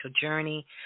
journey